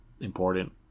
important